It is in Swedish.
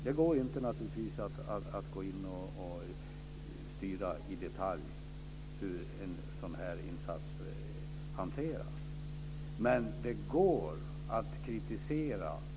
Det går naturligtvis inte att gå in och styra i detalj hur en sådan här insats hanteras. Men det går att kritisera.